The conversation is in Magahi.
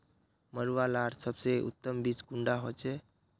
मरुआ लार सबसे उत्तम बीज कुंडा होचए?